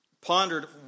pondered